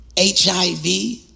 HIV